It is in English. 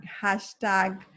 hashtag